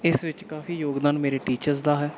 ਇਸ ਵਿੱਚ ਕਾਫੀ ਯੋਗਦਾਨ ਮੇਰੇ ਟੀਚਰਸ ਦਾ ਹੈ